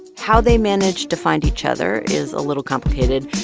how they managed to find each other is a little complicated,